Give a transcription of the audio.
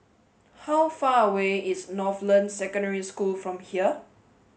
how far away is Northland Secondary School from here